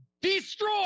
destroy